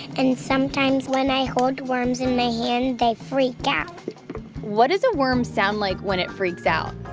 and, sometimes, when i hold worms in my hand, they freak out what does a worm sound like when it freaks out?